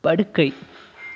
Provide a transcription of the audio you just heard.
படுக்கை